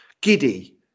Giddy